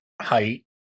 height